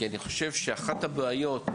כי אני חושב שאחת הבעיות,